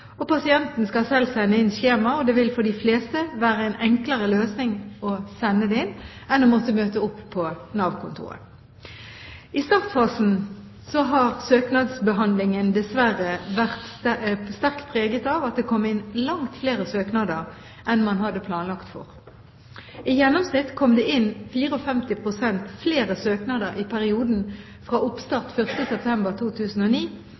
Pasienten skal selv sende inn skjemaet, og det vil for de fleste være en enklere løsning å sende det inn enn å måtte møte opp på Nav-kontoret. I startfasen har søknadsbehandlingen dessverre vært sterkt preget av at det kom inn langt flere søknader enn man hadde planlagt for. I gjennomsnitt kom det inn 54 pst. flere søknader i perioden fra oppstart 1. september 2009